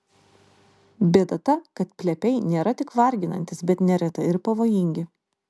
bėda ta kad plepiai nėra tik varginantys bet neretai ir pavojingi